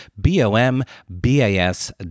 B-O-M-B-A-S